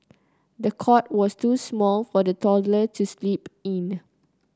the cot was too small for the toddler to sleep in